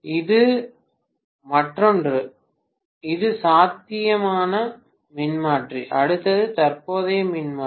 இதன் மற்றொன்று இது சாத்தியமான மின்மாற்றி அடுத்தது தற்போதைய மின்மாற்றி